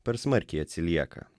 per smarkiai atsilieka